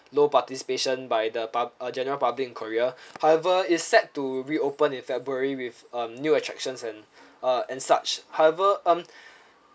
low participation by the publ~ uh general public in korea however is set to reopen in february with um new attractions and uh and such however um